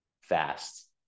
fast